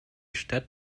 stadt